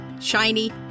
shiny